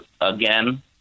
again